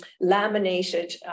laminated